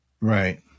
right